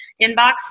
inbox